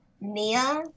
Mia